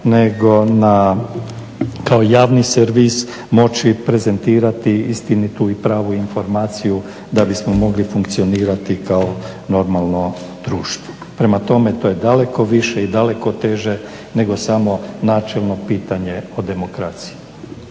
nego na kao javni servis moći prezentirati istinitu i pravu informaciju da bismo mogli funkcionirati kao normalno društvo. Prema tome to je daleko više i daleko teže nego samo načelno pitanje o demokraciji.